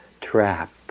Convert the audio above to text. trap